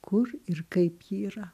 kur ir kaip ji yra